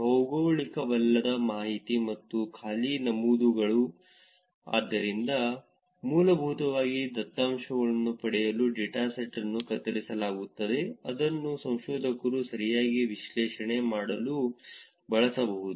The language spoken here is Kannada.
ಭೌಗೋಳಿಕವಲ್ಲದ ಮಾಹಿತಿ ಮತ್ತು ಖಾಲಿ ನಮೂದುಗಳು ಆದ್ದರಿಂದ ಮೂಲಭೂತವಾಗಿ ದತ್ತಾಂಶವನ್ನು ಪಡೆಯಲು ಡೇಟಾಸೆಟ್ ಅನ್ನು ಕತ್ತರಿಸಲಾಗುತ್ತದೆ ಅದನ್ನು ಸಂಶೋಧಕರು ಸರಿಯಾಗಿ ವಿಶ್ಲೇಷಣೆ ಮಾಡಲು ಬಳಸಬಹುದು